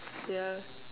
yeah